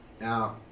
Now